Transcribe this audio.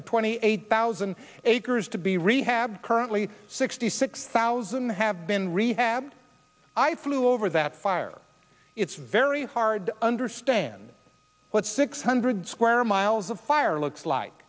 twenty eight thousand acres to be rehabbed currently sixty six thousand have been rehabbed i flew over that fire it's very hard to understand what six hundred square miles of fire looks like